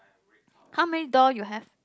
how many door you have